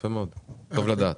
יפה מאד, טוב לדעת.